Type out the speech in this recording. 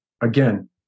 Again